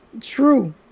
True